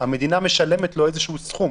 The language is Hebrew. המדינה משלמת לו איזשהו סכום,